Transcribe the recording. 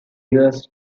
years